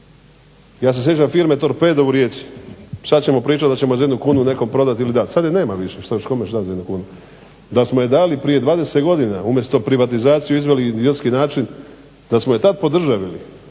za 1 kunu nekom prodati ili dati sad ćemo pričat da ćemo za jednu kunu nekome prodati ili dati, sad je nema više, šta ću, kome ću dati za jednu kunu. Da smo je dali prije 20 godina, umjesto privatizaciju izveli …/Ne razumije se./… način, da smo je tad podržavili